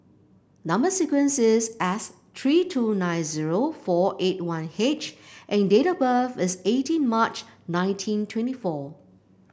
number sequence is S three two nine zero four eight one H and date of birth is eighteen March nineteen twenty four